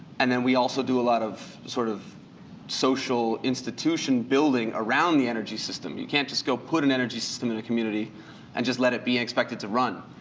and then we also do a lot of sort of social institution building around the energy system. you can't just go put an energy system in the community and just let it be expected to run.